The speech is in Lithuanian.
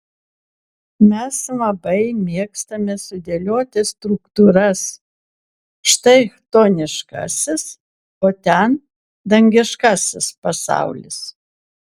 mes labai mėgstame sudėlioti struktūras štai chtoniškasis o ten dangiškasis pasaulis